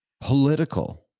political